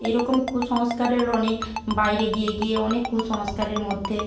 এরকম কুসংস্কারের অনেক বাইরে গিয়ে গিয়ে অনেক কুসংস্কারের মধ্যে